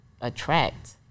attract